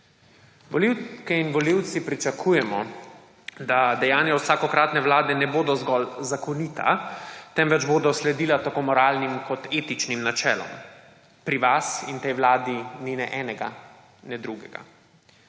Volivke in volivci pričakujemo, da dejanja vsakokratne vlade ne bodo zgolj zakonita, temveč bodo sledila tako moralnim kot etičnim načelom. Pri vas in tej vladi ni ne enega ne drugega.